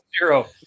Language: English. Zero